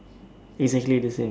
exactly the same